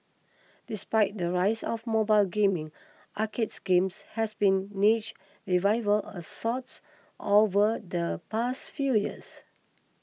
despite the rise of mobile gaming arcade games has been niche revival a sorts over the past few years